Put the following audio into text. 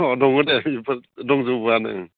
अ दङ दे बेफोर दंजोबोआनो ओं